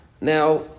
Now